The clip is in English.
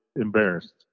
embarrassed